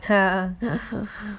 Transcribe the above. !huh!